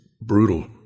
brutal